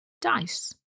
dice